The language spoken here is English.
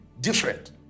different